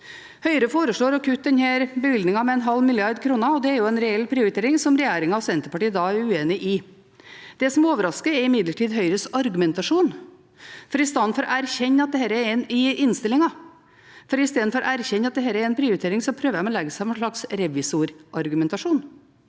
Høyre foreslår å kutte denne bevilgningen med 0,5 mrd. kr. Det er en reell prioritering som regjeringen og Senterpartiet er uenig i. Det som overrasker, er imidlertid Høyres argumentasjon, for i stedet for å erkjenne i innstillingen at dette er en prioritering, prøver de å legge seg på en slags revisorargumentasjon.